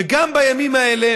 וגם בימים האלה